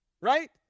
right